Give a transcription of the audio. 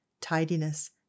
tidiness